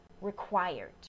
required